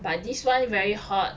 but this one very hot